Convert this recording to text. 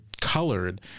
colored